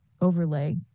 overlay